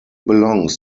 belongs